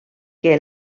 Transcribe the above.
que